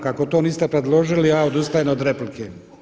Kako to niste predložili, ja odustajem od replike.